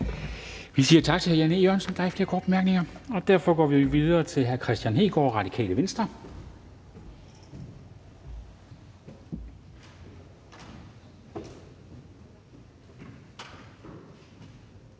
Vi siger tak til hr. Jan E. Jørgensen. Der er ikke flere korte bemærkninger. Derfor går vi videre til hr. Kristian Hegaard, Radikale Venstre.